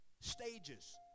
stages